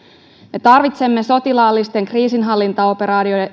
me tarvitsemme sotilaallisten kriisinhallintaoperaatioiden